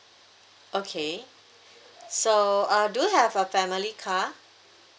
okay so uh do you have a family car